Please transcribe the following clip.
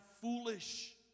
foolish